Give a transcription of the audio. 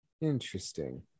Interesting